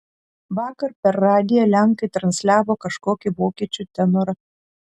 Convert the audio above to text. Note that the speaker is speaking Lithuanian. vakar per radiją lenkai transliavo kažkokį vokiečių tenorą